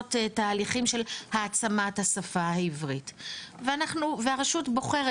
לעשות תהליכים של העצמת השפה העברית והרשות בוחרת,